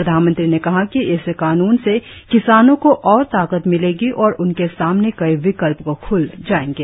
प्रधानमंत्री ने कहा कि इस कानून से किसानों को और ताकत मिलेगी और उनके सामने कई विकलप खुल जाएंगे